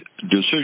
decision